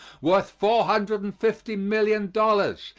worth four hundred and fifty million dollars,